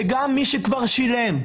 שגם מי שכבר שילם,